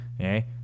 Okay